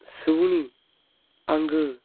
सुबुंनि आंगो